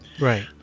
right